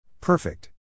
Perfect